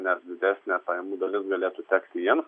nes didesnė pajamų dalis galėtų tekti jiems